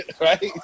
right